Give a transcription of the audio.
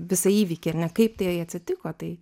visą įvykį ar ne kaip tai atsitiko tai